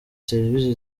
serivisi